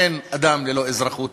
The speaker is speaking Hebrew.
אין אדם ללא אזרחות.